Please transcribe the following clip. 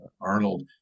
arnold